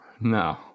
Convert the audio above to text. No